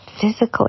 physically